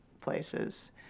places